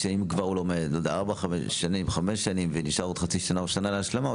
אם כבר הוא לומד ארבע או חמש שנים ונשארה לו עוד חצי שנה או שנה להשלמה,